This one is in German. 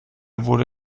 wurde